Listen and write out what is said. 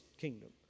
kingdom